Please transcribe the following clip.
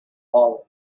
wallet